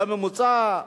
בממוצע,